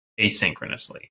asynchronously